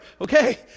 Okay